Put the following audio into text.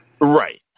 Right